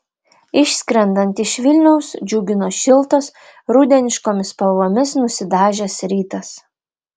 išskrendant iš vilniaus džiugino šiltas rudeniškomis spalvomis nusidažęs rytas